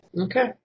Okay